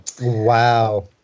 Wow